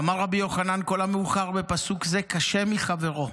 ואמר רבי יוחנן: כל המאוחר בפסוק זה קשה מחבירו.